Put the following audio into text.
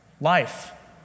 life